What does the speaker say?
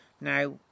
Now